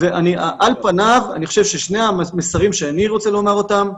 על פניו אני חושב ששני המסרים שאני רוצה לומר אותם,